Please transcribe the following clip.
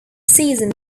season